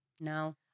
No